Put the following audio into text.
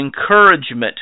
encouragement